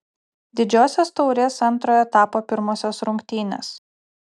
didžiosios taurės antrojo etapo pirmosios rungtynės